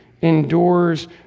endures